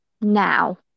now